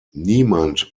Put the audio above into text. niemand